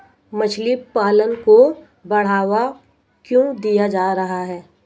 मछली पालन को बढ़ावा क्यों दिया जा रहा है?